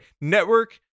Network